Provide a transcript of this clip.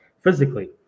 physically